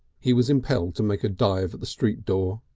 he was impelled to make a dive at the street door.